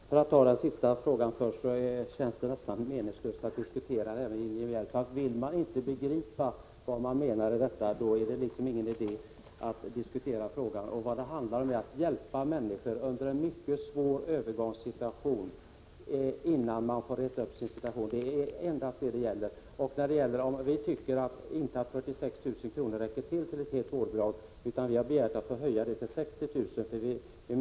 Herr talman! För att ta den sista frågan först vill jag säga att det känns nästan meningslöst att diskutera detta med Ingegerd Elm. Om hon inte vill begripa vad som menas, då är det ingen idé att diskutera frågan. Det handlar endast om att hjälpa människor under en mycket svår övergångstid, innan de har rett upp sin situation. Vi tycker inte att 46 000 kr. räcker som helt vårdnadsbidrag. Vi har begärt att detta skall höjas till 60 000 kr.